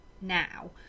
now